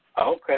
Okay